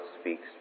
speaks